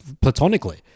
platonically